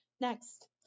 Next